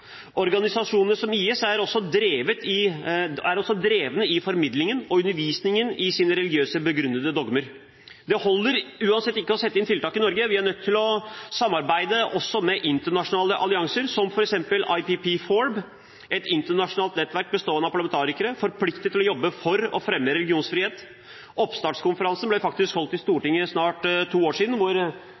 Organisasjoner som IS er også drevne i formidling av og undervisning i sine religiøst begrunnede dogmer. Det holder uansett ikke bare å sette inn tiltak i Norge, vi er nødt til å samarbeide med internasjonale allianser, som f.eks. IPPFoRB, et internasjonalt nettverk bestående av parlamentarikere som er forpliktet til å jobbe for å fremme religionsfrihet. Oppstartskonferansen ble faktisk holdt i Stortinget for snart to år siden, hvor